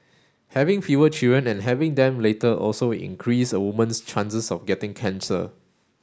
having fewer children and having them later also increase a woman's chances of getting cancer